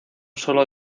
solo